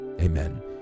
amen